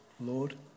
Lord